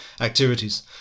activities